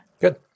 Good